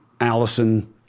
Allison